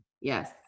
Yes